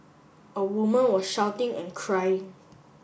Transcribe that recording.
a woman was shouting and crying